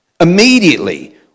Immediately